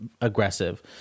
aggressive